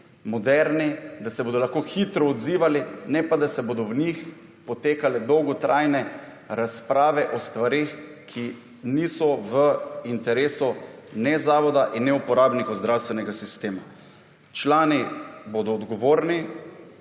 moderni, da se bodo lahko hitro odzivali ne pa, da se bodo v njih potekale dolgotrajne razprave o stvareh, ki niso v interesu ne zavoda in ne uporabnikov zdravstvenega sistema. Člani bodo odgovorni,